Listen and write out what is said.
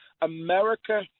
America